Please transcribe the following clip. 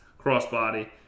Crossbody